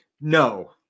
no